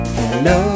hello